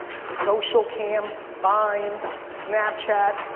socialcam, vine, snapchat,